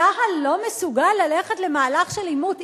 צה"ל לא מסוגל ללכת למהלך של עימות,